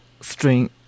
string